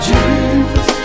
Jesus